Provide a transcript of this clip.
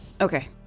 okay